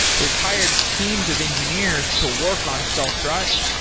they've hired teams of engineers to work on self-driving.